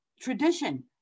tradition